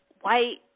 white